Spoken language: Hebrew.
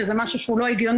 שזה משהו שהוא לא הגיוני,